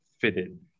fitted